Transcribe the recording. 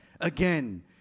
again